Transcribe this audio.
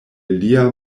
lia